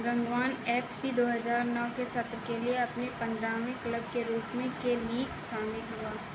Gangwon F C दो हज़ार नौ के सत्र के लिए अपने पंद्रहवें क्लब के रूप में के लीग में शामिल हुआ